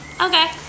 Okay